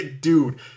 Dude